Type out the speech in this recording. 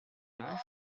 life